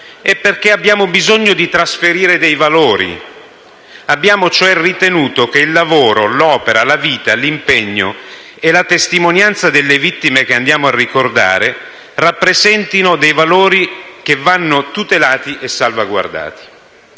È perché abbiamo bisogno di trasferire dei valori, abbiamo cioè ritenuto che il lavoro, l'opera, la vita, l'impegno e la testimonianza delle vittime che andiamo a ricordare rappresentino dei valori che vanno tutelati e salvaguardati.